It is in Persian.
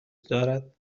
دارد